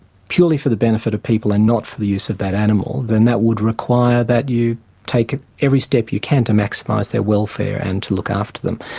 purely for the benefit of people and not for the use of that animal, then that would require that you take ah every step you can to maximise their welfare and to look after them.